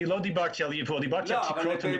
אני לא דיברתי על ייבוא אני דיברתי על תקרות הייצור.